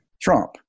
Trump